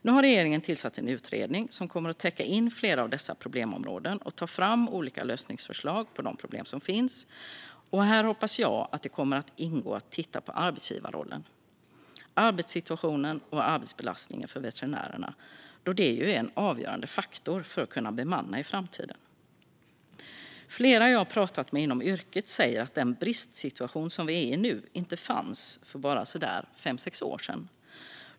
Nu har regeringen tillsatt en utredning som kommer att täcka in flera av dessa problemområden och ta fram olika lösningsförslag på de problem som finns. Här hoppas jag att det kommer att ingå att titta på arbetsgivarrollen, arbetssituationen och arbetsbelastningen för veterinärerna då det ju är en avgörande faktor för att kunna bemanna i framtiden. Flera jag pratat med inom yrket säger att den bristsituation som vi är i nu inte fanns för bara så där fem sex år sedan.